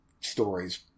stories